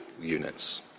units